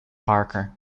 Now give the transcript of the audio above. parker